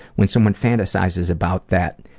when someone fantasizes about that,